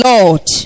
Lord